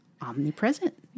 omnipresent